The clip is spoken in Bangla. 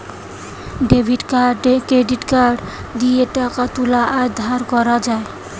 ডেবিট কার্ড ক্রেডিট কার্ড দিয়ে টাকা তুলা আর ধার করা যায়